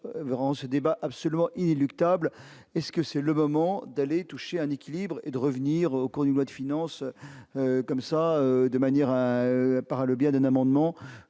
durant ce débat absolument inéluctable est-ce que c'est le moment d'aller toucher un équilibre et de revenir au cours d'une loi de finances comme ça de manière par le biais d'un amendement